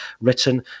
written